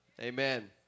Amen